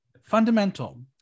Fundamental